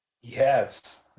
yes